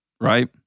right